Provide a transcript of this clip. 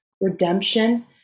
redemption